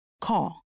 Call